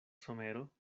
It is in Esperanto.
somero